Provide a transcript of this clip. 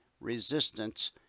resistance